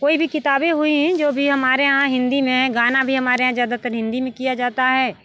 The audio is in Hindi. कोई भी किताबें हुई जो भी हमारे यहाँ हिंदी में गाना भी हमारे यहाँ ज़्यादातर हिंदी में किया जाता है